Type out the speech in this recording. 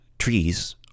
Trees